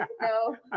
no